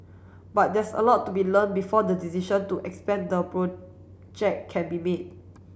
but there's a lot to be learnt before the decision to expand the project can be made